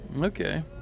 Okay